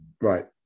right